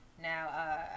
Now